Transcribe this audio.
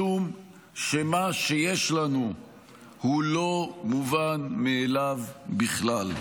משום שמה שיש לנו הוא לא מובן מאליו בכלל.